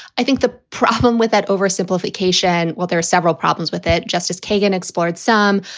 i think the problem with that oversimplification. well, there are several problems with that. justice kagan explored some,